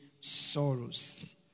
sorrows